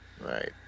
Right